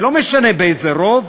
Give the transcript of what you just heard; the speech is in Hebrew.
לא משנה באיזה רוב,